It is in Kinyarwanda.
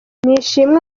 nishimwe